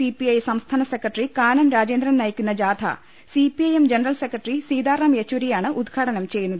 CPI സംസ്ഥാന secretary Kanam Rajendran നയിക്കുന്ന ജാഥ C P I M general secretary Sitaram യെച്ചൂരിയാണ് ഉദ്ഘാടനം ചെയ്യുന്നത്